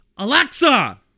Alexa